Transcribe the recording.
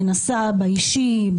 מנסה באישי,